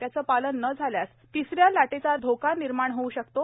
त्याचे पालन न झाल्यास तिसऱ्या लाटेचा धोका निर्माण होऊ शकतो